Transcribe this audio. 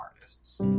Artists